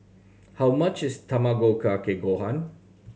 how much is Tamago Kake Gohan